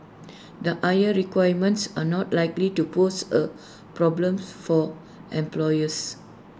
the higher requirements are not likely to pose A problem for employers